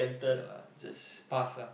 ya lah just pass ah